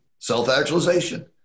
self-actualization